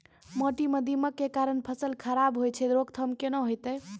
माटी म दीमक के कारण फसल खराब होय छै, रोकथाम केना होतै?